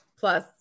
Plus